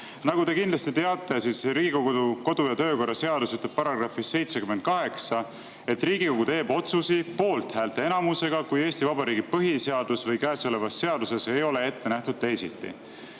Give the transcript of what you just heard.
Nagu te kindlasti teate, Riigikogu kodu‑ ja töökorra seaduse § 78 ütleb, et Riigikogu teeb otsuseid poolthäälte enamusega, kui Eesti Vabariigi põhiseaduses või käesolevas seaduses ei ole ette nähtud teisiti.